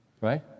Right